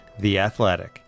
theathletic